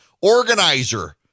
organizer